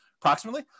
Approximately